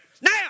Now